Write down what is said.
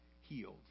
healed